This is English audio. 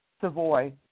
Savoy